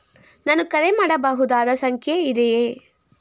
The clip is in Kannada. ನಾನು ಕರೆ ಮಾಡಬಹುದಾದ ಸಂಖ್ಯೆ ಇದೆಯೇ?